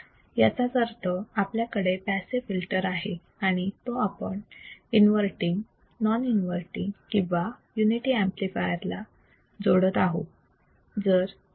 याचाच अर्थ आपल्याकडे पॅसिव फिल्टर आहे आणि तो आपण इन्वर्तींग नॉन इन्वर्तींग किंवा युनिटी ऍम्प्लिफायरला जोडत आहोत